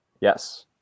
Yes